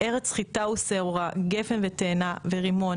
ארץ חיטה ושעורה, גפן ותאנה ורימון.